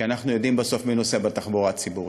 כי אנחנו יודעים בסוף מי נוסע בתחבורה הציבורית.